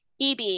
EB